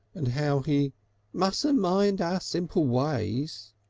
and how he mustn't mind our simple ways.